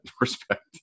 respect